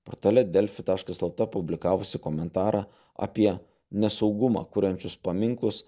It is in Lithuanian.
portale delfi taškas lt publikavusi komentarą apie nesaugumą kuriančius paminklus